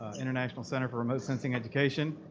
international center for remote sensing education,